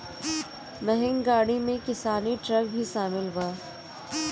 महँग गाड़ी में किसानी ट्रक भी शामिल बा